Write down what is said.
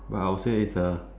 but I would say it's a